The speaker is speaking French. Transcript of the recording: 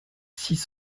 six